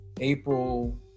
April